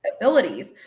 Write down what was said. abilities